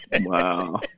Wow